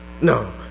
No